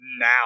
now